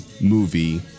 movie